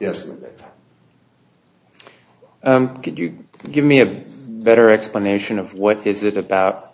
yes could you give me a better explanation of what is it about